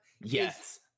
yes